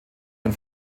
ein